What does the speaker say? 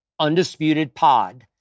UndisputedPod